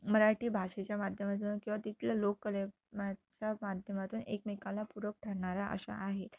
मराठी भाषेच्या माध्यमातनं किंवा तिथले लोककला माच्या माध्यमातून एकमेकाला पूरक ठरणाऱ्या अशा आहेत